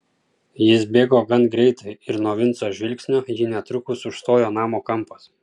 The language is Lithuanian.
jis bėgo gan greitai ir nuo vinco žvilgsnio jį netrukus užstojo namo kampas